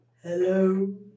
Hello